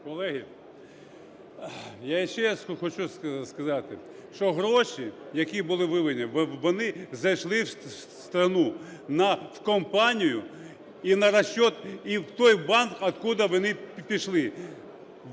Колеги, я ще раз хочу сказати, що гроші, які були виведені, вони зайшли в страну, в компанію і на расчет…, і в той банк, откуда вони пішли.